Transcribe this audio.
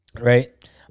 Right